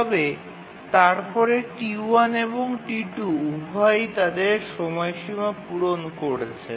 তবে তারপরে T1 এবং T2 উভয়ই তাদের সময়সীমা পূরণ করেছে